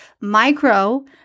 micro